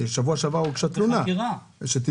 שבוע שעבר הוגשה תלונה, שתדעו.